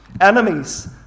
Enemies